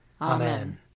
Amen